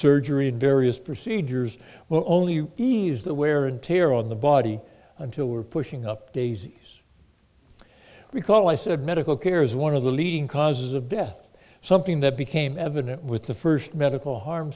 surgery and various procedures will only ease the wear and tear on the body until we're pushing up daisies recall i said medical care is one of the leading causes of death something that became evident with the first